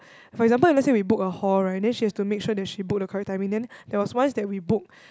for example let's say we book a hall right then she has to make sure that she book the correct timing then there was once that we book